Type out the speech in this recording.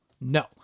No